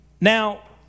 Now